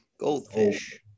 Goldfish